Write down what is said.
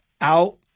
out